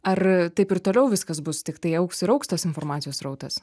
ar taip ir toliau viskas bus tiktai augs ir augs tas informacijos srautas